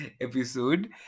episode